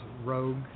rogue